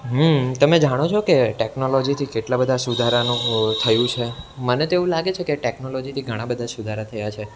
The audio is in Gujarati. હમ તમે જાણો છો કે ટેક્નોલોજીથી કેટલા બધા સુધારાનો હો થયું છે મને તો એવું લાગે છે કે ટેકનોલોજીથી ઘણા બધા સુધારા થયા છે